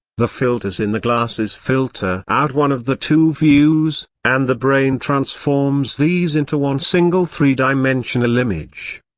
the filters in the glasses filter out one of the two views, and the brain transforms these into one single three-dimensional image.